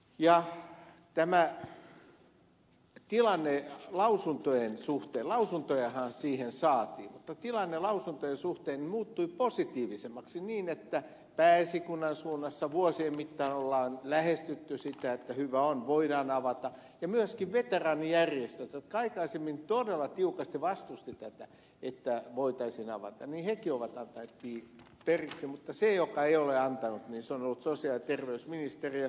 ja tämä tilanne lausuntojen suhteen lausuntojahan siihen saatiin mutta tilanne lausuntojen suhteen muuttui positiivisemmaksi niin että pääesikunnan suunnassa vuosien mittaan ollaan lähestytty sitä että hyvä on voidaan avata ja myöskin veteraanijärjestöt jotka aikaisemmin todella tiukasti vastustivat tätä että voitaisiin avata niin nekin ovat antaneet periksi mutta se joka ei ole antanut on ollut sosiaali ja terveysministeriö